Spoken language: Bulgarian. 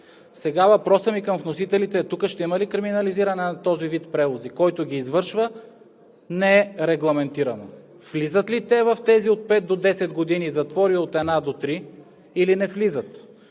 Сега въпросът ми към вносителите е: тук ще има ли криминализиране на този вид превози, който ги извършва нерегламентирано? Влизат ли те в тези от пет до 10 години затвор и от една до три, или не влизат?